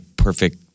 Perfect